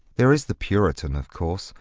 there is the puritan, of course,